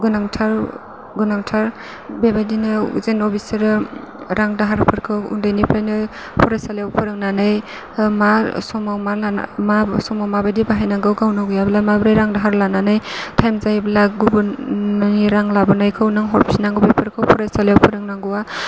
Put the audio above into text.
गोनांथार गोनांथार बेबायदिनो जेन' बिसोरो रां दाहारफोरखौ उन्दैनिफ्रायनो फरायसालियाव फोरोंनानै मा समाव मा मा समाव माबायदि बाहायनांगौ गावनाव गैयाब्ला माब्रै रां दाहार लानानै टाइम जायोब्ला गुबुननि रां लाबोनायखौ नों हरफिननांगौ बेफोरखौ फरायसालियाव फोरोंनांगौआ